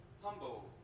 humble